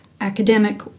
academic